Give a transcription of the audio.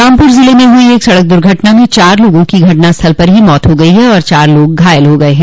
रामपुर ज़िले में हुई एक सड़क दुर्घटना में चार लोगों की घटनास्थल पर मौत हो गयी है और चार लोग घायल हो गये हैं